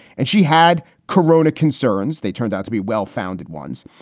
and she had corona concerns. they turned out to be well-founded ones.